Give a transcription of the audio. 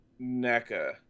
NECA